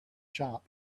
shop